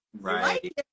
right